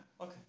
okay